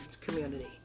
community